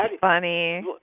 funny